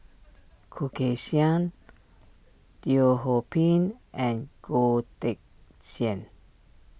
Khoo Kay Hian Teo Ho Pin and Goh Teck Sian